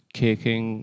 kicking